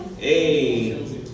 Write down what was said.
Hey